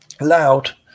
loud